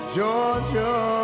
Georgia